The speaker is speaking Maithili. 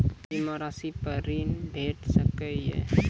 बीमा रासि पर ॠण भेट सकै ये?